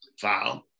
file